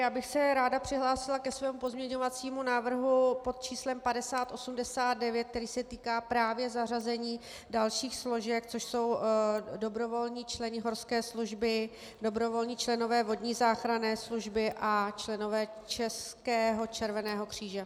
Já bych se ráda přihlásila ke svému pozměňovacímu návrhu pod číslem 5089, který se týká právě zařazení dalších složek, což jsou dobrovolní členové horské služby, dobrovolní členové vodní záchranné služby a členové Českého červeného kříže.